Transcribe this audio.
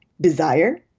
desire